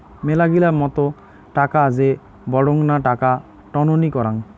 মেলাগিলা মত টাকা যে বডঙ্না টাকা টননি করাং